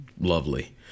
Lovely